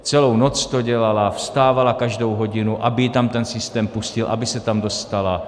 Celou noc to dělala, vstávala každou hodinu, aby ji tam ten systém pustil, aby se tam dostala.